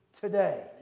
today